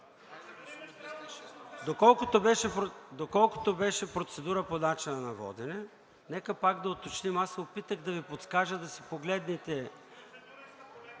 Доколкото беше процедура по начина на водене, нека пак да уточним, аз се опитах да Ви подскажа да погледнете...